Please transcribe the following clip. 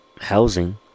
housing